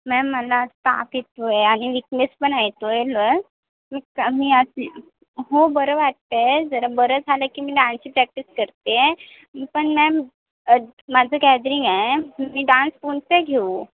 ma'am मला आज ताप येत आहे आणि विकनेस पण आहे येतोय मी आज हो बरं वाटत आहे जरा बरं झालं की मी डान्सची प्रॅक्टिस करतेय पण मॅम माझं गॅदरिंग आहे मी डान्स कोणते घेऊ